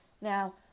Now